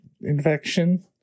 infection